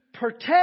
Protect